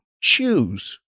choose